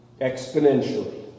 exponentially